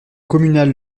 communale